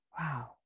wow